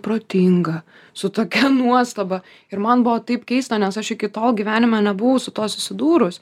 protinga su tokia nuostaba ir man buvo taip keista nes aš iki tol gyvenime nebuvau su tuo susidūrus